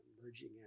emerging